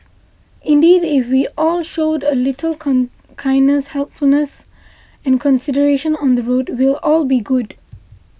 indeed if we all showed a little kindness helpfulness and consideration on the road we'll all be good